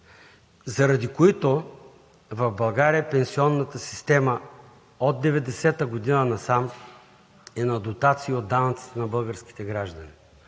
заради които в България пенсионната система от 1990 г. насам е на дотации от данъците на българските граждани,